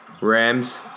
Rams